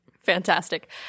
Fantastic